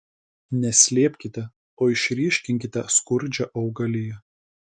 ne slėpkite o išryškinkite skurdžią augaliją